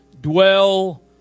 dwell